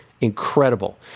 incredible